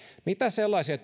mitä sellaisia